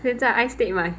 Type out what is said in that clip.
现在 ai stead mai